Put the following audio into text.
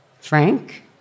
Frank